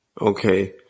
Okay